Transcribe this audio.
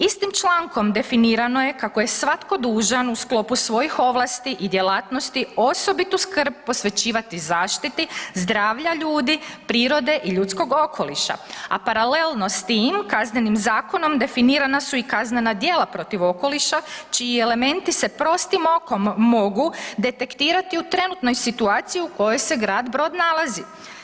Istim člankom definirano je kako je svatko dužan u sklopu svojih ovlasti i djelatnosti, osobitu skrb posvećivati zaštiti zdravlja ljudi, prirode i ljudskog okoliša a paralelno s tim, Kaznenim zakonom definirana su i kaznena djela protiv okoliša čiji elementi se prostom okom mogu detektirati u trenutnoj situaciji u kojoj se grad Brod nalazi.